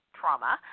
trauma